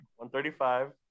135